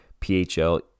PHL